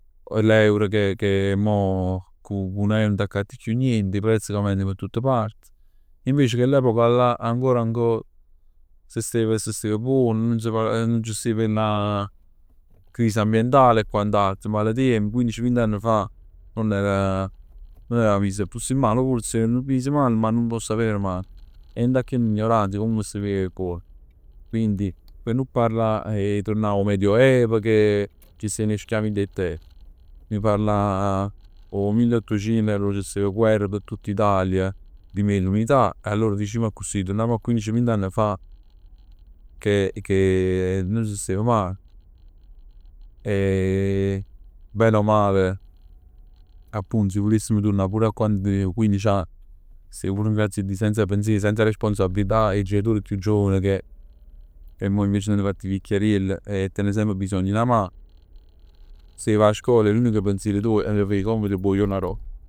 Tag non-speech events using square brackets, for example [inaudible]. L'euro che che mo cu cu n'euro nun t'accatt chiù nient. 'E prezzi che aumentano p' tutt part. Invece chell'epoca là ancora ancora s' stev, s' stev buon. Nun s', nun c' steven [hesitation] crisi ambientali e quant'altro, malatie. Quinnic, vint'ann fa nun era, nun era mis accussì male, oppure stev mis male, ma nun 'o sapeven manco. E dint 'a chella ignoranza steveno buon. Quindi. P' nun parlà 'e turnà 'o Medioevo che c' steven 'e schiavi dint 'e terre, p' nun parlà 'o milleottucient arò c' stev guerr p' tutta Italia, p' l'unità. E allora dici accussì, turnamm a quindici, vint'anni fa che che nun s' stev mal e [hesitation] bene o male appunto si vulessimo turnà a quann tenev quinnic'ann s' stev pur n'grazia 'e Dij e senza pensier e senza responsabilità e 'e genitori erano chiù giovani che mo s'anno fatto viecchiariell e tenen bisogno 'e 'na mano. Stev 'a scola e l'unico pensiero tuoj era fa 'e compiti p' 'o juorn aropp.